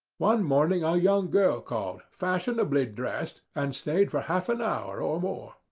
one morning a young girl called, fashionably dressed, and stayed for half an hour or more.